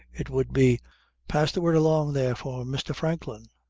it would be pass the word along there for mr. franklin.